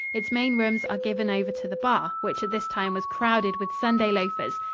its main rooms are given over to the bar, which at this time was crowded with sunday loafers,